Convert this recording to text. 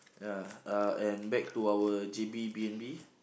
ya uh and back to our J_B B_N_B